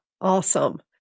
awesome